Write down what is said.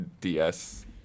ds